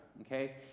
okay